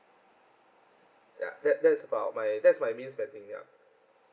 ya that that's about my that's my main spending ya